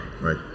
Right